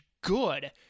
good